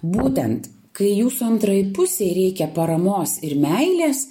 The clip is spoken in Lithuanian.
būtent kai jūsų antrai pusei reikia paramos ir meilės